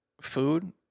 food